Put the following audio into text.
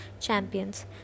champions